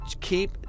keep